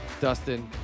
Dustin